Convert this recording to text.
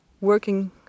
working